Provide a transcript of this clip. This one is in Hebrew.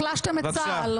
החלשתם את צה"ל.